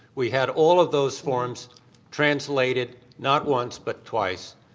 we had all of those forms translated not once but twice.